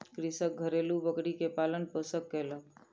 कृषक घरेलु बकरी के पालन पोषण कयलक